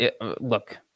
Look